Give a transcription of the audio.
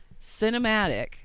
cinematic